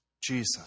Jesus